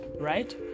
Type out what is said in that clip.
right